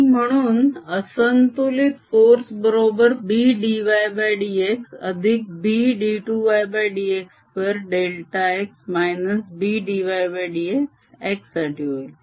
आणि म्हणून असंतुलित फोर्स बरोबर B dydx अधिक Bd2ydx2 delta x - B dydx x साठी होईल